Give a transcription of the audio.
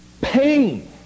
pain